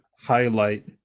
highlight